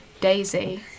daisy